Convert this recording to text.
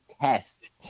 test